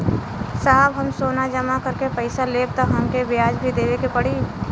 साहब हम सोना जमा करके पैसा लेब त हमके ब्याज भी देवे के पड़ी?